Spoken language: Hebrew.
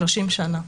30 שנה,